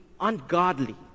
ungodly